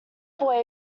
boy